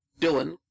Dylan